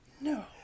No